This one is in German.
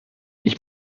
ich